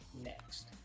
next